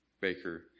baker